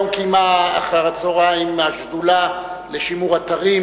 היום קיימה אחר הצהריים השדולה לשימור אתרים